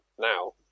now